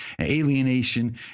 alienation